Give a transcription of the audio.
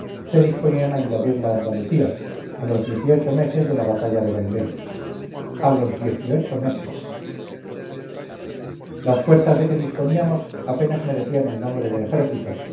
se disponían a invadir la andalucía a los diez y ocho meses de la batalla de bailén a los diez y ocho meses las fuerzas de que disponíamos apenas merecían el nombre de ejército